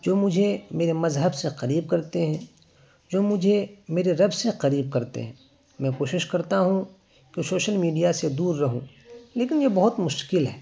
جو مجھے میرے مذہب سے قریب کرتے ہیں جو مجھے میرے رب سے قریب کرتے ہیں میں کوشش کرتا ہوں کہ شوشل میڈیا سے دور رہوں لیکن یہ بہت مشکل ہے